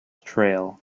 trail